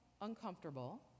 uncomfortable